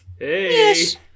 Yes